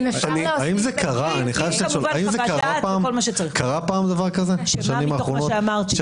האם קרה דבר כזה בשנים האחרונות,